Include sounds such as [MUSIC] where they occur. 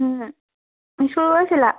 [UNINTELLIGIBLE] গৈছিলা